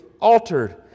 altered